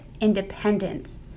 independence